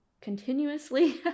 continuously